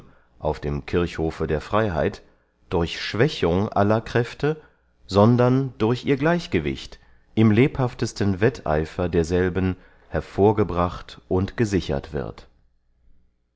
auf dem kirchhofe der freyheit durch schwächung aller kräfte sondern durch ihr gleichgewicht im lebhaftesten wetteifer derselben hervorgebracht und gesichert wird